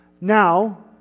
Now